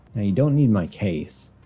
and you don't need my case,